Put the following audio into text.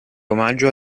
omaggio